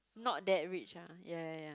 not that rich ah ya ya ya